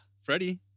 Freddie